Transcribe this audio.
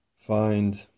find